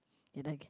you like